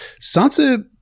Sansa